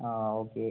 okay